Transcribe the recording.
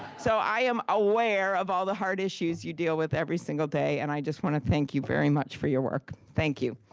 so i am aware of all the hard issues you deal with every single day and i want to thank you very much for your work. thank you.